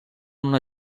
una